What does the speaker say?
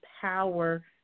power